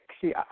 See